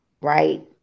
Right